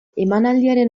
emanaldiaren